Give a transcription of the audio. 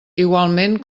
igualment